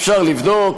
אפשר לבדוק,